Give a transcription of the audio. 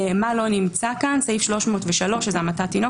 לא נמצא כאן סעיף 303 שזאת המתת תינוק